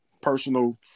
personal